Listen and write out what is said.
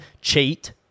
cheat